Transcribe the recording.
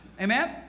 Amen